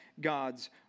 God's